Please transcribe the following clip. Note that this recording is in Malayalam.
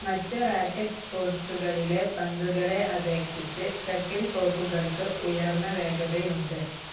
മറ്റ് റാക്കറ്റ് സ്പോർട്സുകളിലെ പന്തുകളെ അപേക്ഷിച്ച് ഷട്ടിൽ കോക്കുകൾക്ക് ഉയർന്ന വേഗതയുണ്ട്